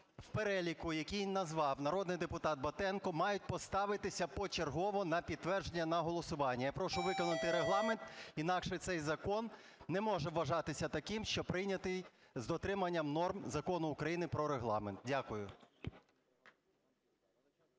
в переліку, який назвав народний депутат Батенко, мають поставитися почергово на підтвердження на голосування. Я прошу виконати Регламент. Інакше цей закон не може вважатися таким, що прийнятий з дотриманням норм Закону України про Регламент. Дякую.